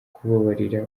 kubabarira